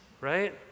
right